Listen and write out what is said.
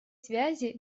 связи